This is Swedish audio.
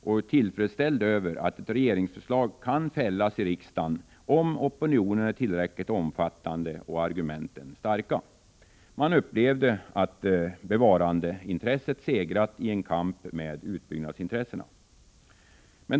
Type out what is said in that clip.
Man var tillfredsställd över att ett regeringsförslag kan fällas i riksdagen, om opinionen är tillräckligt omfattande och argumenten starka. Man upplevde att bevarandeintresset segrat i en kamp med utbyggnadsintressena.